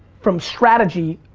from strategy,